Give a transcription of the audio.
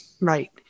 right